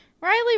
Riley